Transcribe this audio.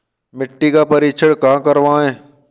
मिट्टी का परीक्षण कहाँ करवाएँ?